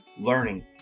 learning